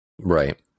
Right